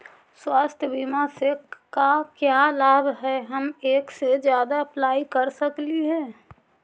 स्वास्थ्य बीमा से का क्या लाभ है हम एक से जादा अप्लाई कर सकली ही?